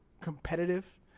competitive